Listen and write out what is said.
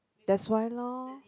that's why lor